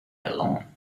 alone